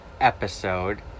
episode